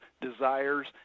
desires